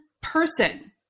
person